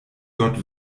gott